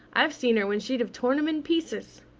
i've seen her when she'd have torn him in pieces.